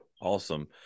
awesome